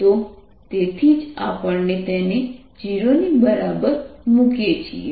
તો તેથી જ આપણે તેને 0 ની બરાબર મૂકીએ છીએ